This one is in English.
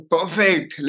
Perfect